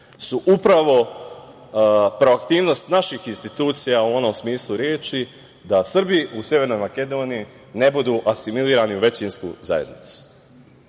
su upravo proaktivnost naših institucija u onom smislu reči da Srbi u Severnoj Makedoniji ne budu asimilirani u većinsku zajednicu. Srbi